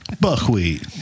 Buckwheat